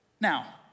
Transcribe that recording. Now